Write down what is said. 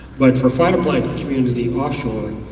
but for phytoplankton community offshore,